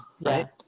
Right